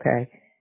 okay